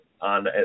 on